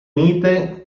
unite